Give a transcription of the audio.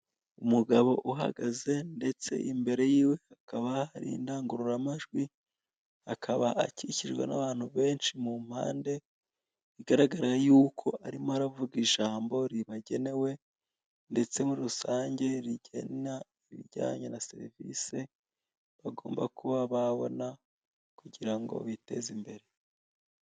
Umugabo uhagaze ndetse imbere y'iwe hakaba hari indangurura majwi akaba akikijwe n'abantu benshi mu impande bigaragara ko arimo aravuga ijambo ribagenewe ndetse muri rusange rigena ibiryanye na serivise bagomba kuba babona kugira ngo biteze imbere.